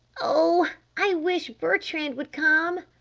oh, i wish bertrand would come!